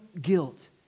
guilt